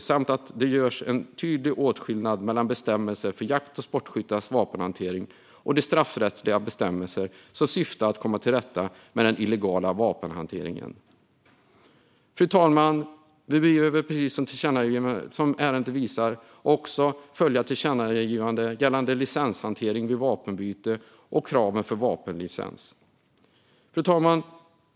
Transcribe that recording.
Dessutom bör det göras en tydligare åtskillnad mellan bestämmelser för jakt och sportskyttars vapenhantering och de straffrättsliga bestämmelser som syftar till att komma till rätta med den illegala vapenhanteringen. Fru talman! Vi behöver, som ärendet visar, också följa tillkännagivandet gällande licenshantering vid vapenbyte och kraven för vapenlicens. Fru talman!